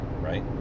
right